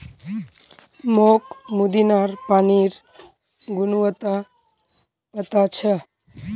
मोक पुदीनार पानिर गुणवत्ता पता छ